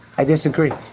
i disagree.